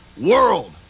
World